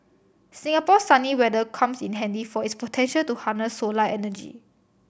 Singapore's sunny weather comes in handy for its potential to harness solar energy